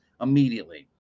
immediately